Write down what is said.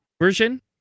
version